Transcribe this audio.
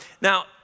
Now